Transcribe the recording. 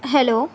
hello